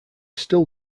still